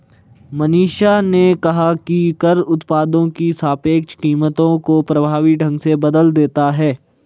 मनीषा ने कहा कि कर उत्पादों की सापेक्ष कीमतों को प्रभावी ढंग से बदल देता है